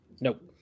Nope